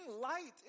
light